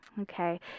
Okay